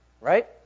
Right